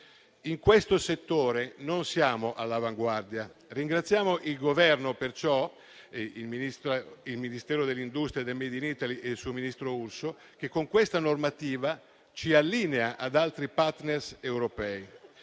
In questo settore non siamo all'avanguardia: ringraziamo perciò il Governo - il Ministero dell'industria e del *made in Italy* e il suo ministro Urso - che con questa normativa ci allinea ad altri *partner* europei,